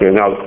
now